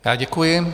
Já děkuji.